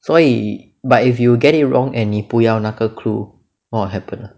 所以 but if you get it wrong and 你不要那个 clue what will happen